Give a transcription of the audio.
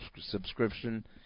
subscription